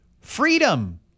freedom